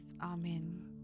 Amen